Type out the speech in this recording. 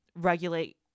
regulate